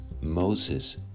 Moses